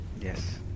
Yes